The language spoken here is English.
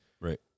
Right